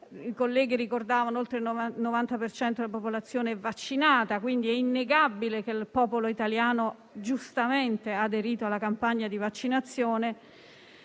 I colleghi ricordavano che oltre il 90 per cento della popolazione è vaccinata, per cui è innegabile che il popolo italiano, giustamente, abbia aderito alla campagna di vaccinazione.